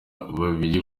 babiri